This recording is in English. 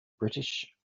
british